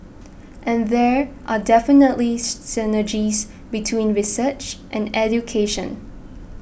and there are definitely synergies between research and education